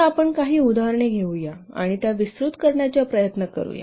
आता आपण काही उदाहरणे घेऊ या आणि विस्तृत करण्याचा प्रयत्न करूया